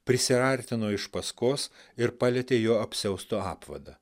prisiartino iš paskos ir palietė jo apsiausto apvadą